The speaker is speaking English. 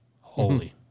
Holy